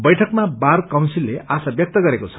बैठकमा बार काउन्सिलले आशा व्यक्त गरेको छ